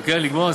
אוקיי, לגמור?